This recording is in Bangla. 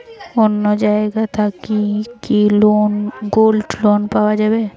অন্য জায়গা থাকি কি গোল্ড লোন পাওয়া যাবে?